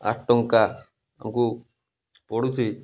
ଆଠ ଟଙ୍କା ଆମକୁ ପଡ଼ୁଛିି